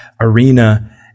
arena